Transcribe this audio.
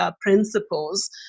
principles